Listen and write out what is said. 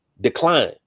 decline